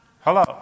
Hello